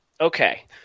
Okay